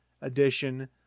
Edition